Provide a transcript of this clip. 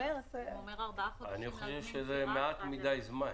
אני חושב שזה מעט מדי זמן.